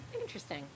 Interesting